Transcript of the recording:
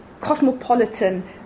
cosmopolitan